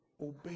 obey